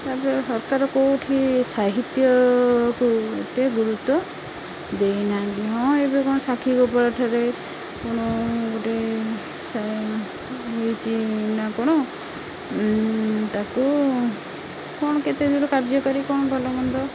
ତାପରେ ସରକାର କୋଉଠି ସାହିତ୍ୟକୁ ଏତେ ଗୁରୁତ୍ୱ ଦେଇନାହାନ୍ତି ହଁ ଏବେ କଣ ସାକ୍ଷୀ ଗୋପାଳଠାରେ କଣ ଗୋଟେ ହେଇଛି ନା କଣ ତାକୁ କଣ କେତେ କାର୍ଯ୍ୟକାରୀ କ'ଣ ଭଲ ମନ୍ଦ